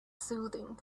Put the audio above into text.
soothing